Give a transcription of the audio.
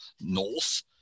north